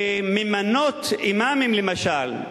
שממנות אימאמים למשל,